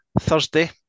Thursday